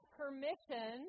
permission